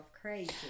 crazy